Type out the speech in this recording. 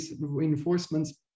reinforcements